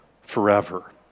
forever